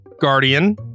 Guardian